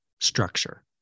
structure